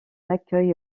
accueil